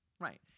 right